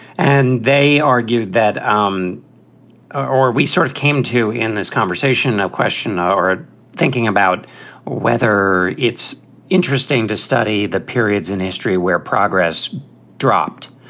and they argued that um or we sort of came to in this conversation, no question, or thinking about whether it's interesting to study the periods in history where progress dropped.